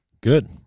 Good